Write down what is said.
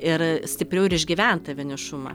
ir stipriau ir išgyven tą vienišumą